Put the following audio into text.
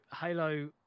Halo